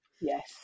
Yes